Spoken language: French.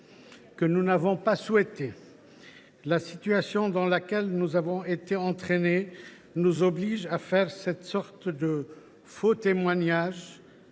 que nous n’avons pas souhaitée. La situation dans laquelle nous avons été entraînés nous oblige à faire cette sorte de faux témoignage